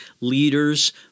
leaders